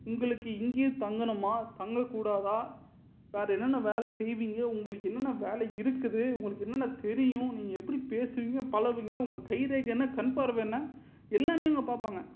உங்களுக்கு இங்கேயே தங்கணுமா தங்கக்கூடாதா வேறே என்னென்ன வேலை செய்விங்க உங்களுக்கு என்னென்ன வேலை இருக்குது உங்களுக்கு என்னென்ன தெரியும் நீங்கள் எப்படி பேசுவீங்க பழகுவீங்க உங்கள் கைரேகை என்ன கண்பார்வை என்ன எல்லாமே இங்கே பார்ப்பாங்க